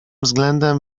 względem